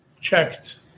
checked